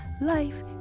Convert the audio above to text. Life